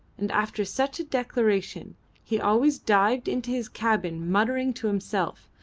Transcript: and after such a declaration he always dived into his cabin muttering to himself,